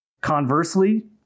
Conversely